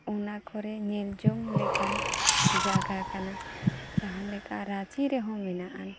ᱚᱱᱟ ᱠᱚᱨᱮ ᱧᱮᱞᱡᱚᱝ ᱞᱮᱠᱟᱱ ᱡᱟᱭᱜᱟ ᱠᱟᱱᱟ ᱡᱟᱦᱟᱸᱞᱮᱠᱟ ᱨᱟᱸᱪᱤ ᱨᱮᱦᱚᱸ ᱢᱮᱱᱟᱜᱼᱟ